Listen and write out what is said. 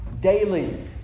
Daily